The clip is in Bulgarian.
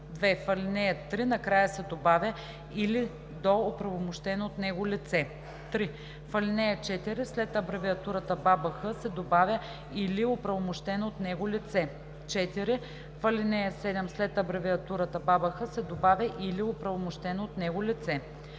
2. В ал. 3 накрая се добавя „или до оправомощено от него лице“. 3. В ал. 4 след абревиатурата „БАБХ“ се добавя „или оправомощеното от него лице“. 4. В ал. 7 след абревиатурата „БАБХ“ се добавя „или оправомощеното от него лице“.